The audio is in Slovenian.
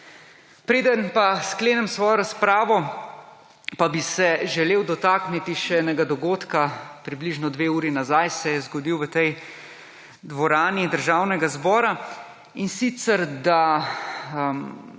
Preden pa sklenem svojo razpravo pa bi se želel dotakniti še enega dogodka, približno dve uri nazaj se je zgodil v tej dvorani Državnega zbora, in sicer da